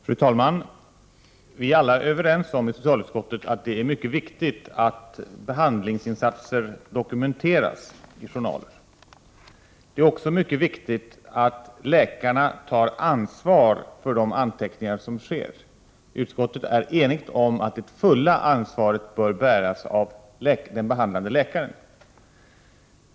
Fru talman! Vi är alla i socialutskottet överens om att det är mycket viktigt att behandlingsinsatser dokumenteras i journaler. Det är också mycket viktigt att läkarna tar ansvar för de anteckningar som görs. Utskottet är enigt om att det fulla ansvaret bör bäras av den behandlande läkaren.